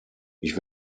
ich